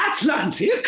Atlantic